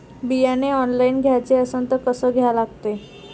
बियाने ऑनलाइन घ्याचे असन त कसं घ्या लागते?